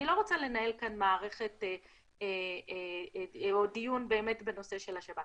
אני לא רוצה לנהל כאן מערכת או דיון באמת בנושא של השב"כ,